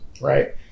right